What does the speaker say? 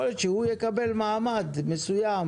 יכול להיות שהוא יקבל מעמד מסוים